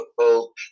football